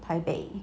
taipei